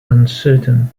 uncertain